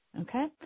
Okay